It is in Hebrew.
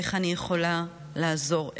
איך אני יכולה לעזור,